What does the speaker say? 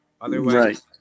Otherwise